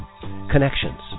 Connections